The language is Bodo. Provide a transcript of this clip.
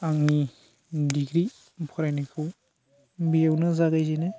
आंनि डिग्रि फरायनायखौ बेयावनो जागायजेनो